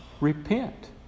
repent